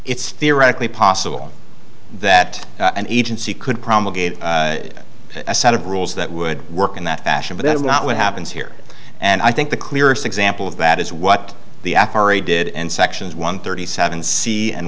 it's theoretically possible that an agency could promulgated a set of rules that would work in that fashion but that is not what happens here and i think the clearest example of that is what the f r a did in sections one thirty seven c and